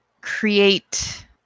create